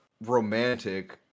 romantic